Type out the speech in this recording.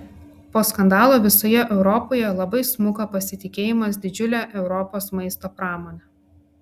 po skandalo visoje europoje labai smuko pasitikėjimas didžiule europos maisto pramone